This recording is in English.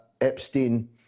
Epstein